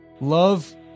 Love